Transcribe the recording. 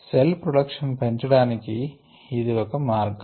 cell production పెంచడానికి ఇది ఒక మార్గము